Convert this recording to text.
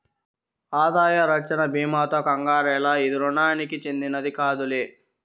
ఆదాయ రచ్చన బీమాతో కంగారేల, ఇది రుణానికి చెందినది కాదులే